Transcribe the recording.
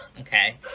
okay